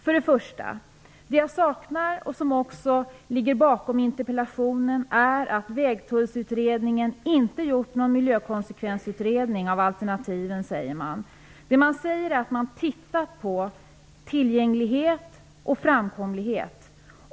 För det första: Det jag saknar, och detta ligger bakom interpellationen, är att Vägtullsutredningen inte gjort någon miljökonsekvensutredning, MKB, som man säger - s. 69. Det man säger är att man har tittat på tillgänglighet och framkomlighet.